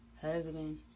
husband